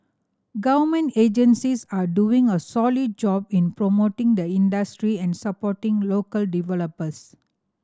government agencies are doing a solid job in promoting the industry and supporting local developers